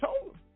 told